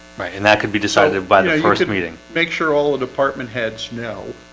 right and that could be decided by the course of meeting. make sure all the department heads know